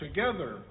Together